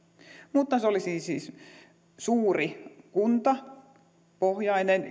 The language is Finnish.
mutta se olisi siis suuri kunta pohjainen